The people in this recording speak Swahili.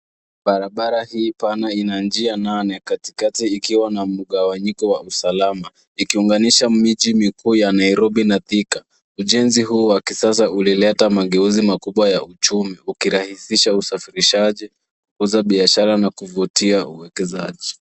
Barabara hii pana ina njia nane katikati ikiwa na mgawanyiko wa usalama ikiunganisha miji mikuu ya Nairobi na Thika. Ujenzi huu wa kisasa ulileta mageuzi makubwa ya uchumi ukirahisisha usafirishaji, kukuza biashara na kuvutia uekezaji.